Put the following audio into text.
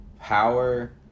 Power